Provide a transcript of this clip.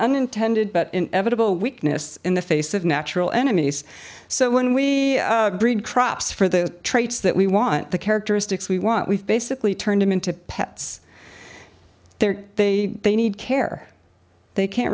unintended evitable weakness in the face of natural enemies so when we breed crops for the traits that we want the characteristics we want we've basically turned them into pets they're they they need care they can't